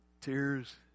Tears